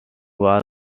was